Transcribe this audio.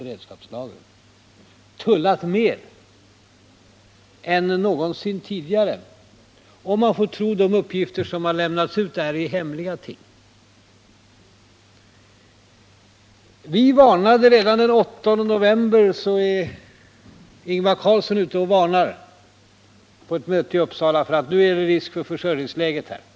beredskapslagren, om man får tro de uppgifter som har lämnats — detta är ju hemliga ting. Redan den 8 november varnade Ingvar Carlsson på ett möte i Uppsala för att försörjningsläget var hotat.